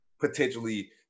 potentially